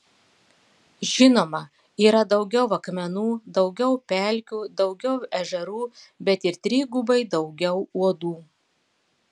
žinoma yra daugiau akmenų daugiau pelkių daugiau ežerų bet ir trigubai daugiau uodų